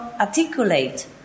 articulate